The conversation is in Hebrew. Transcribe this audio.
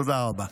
תודה רבה.